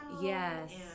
Yes